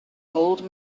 old